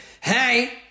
hey